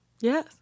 Yes